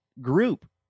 group